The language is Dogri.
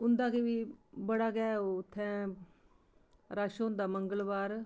उं'दा की बी बड़ा गै उत्थै रश होंदा मंगलवार